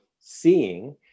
seeing